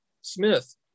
Smith